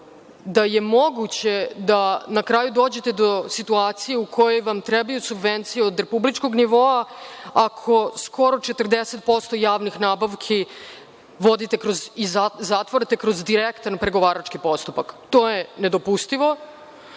da je moguće da na kraju dođete u situaciju kojoj vam trebaju subvencije od republičkog nivoa, ako skoro 40% javnih nabavki vodite i zatvarate kroz direktan pregovarački postupak. To je nedopustivo.